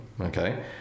okay